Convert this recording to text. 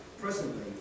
presently